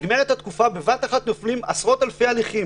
נגמרת התקופה ובבת אחת נופלים עשרות אלפי הליכים